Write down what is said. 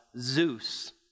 Zeus